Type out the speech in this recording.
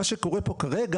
מה שקורה פה כרגע.